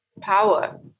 power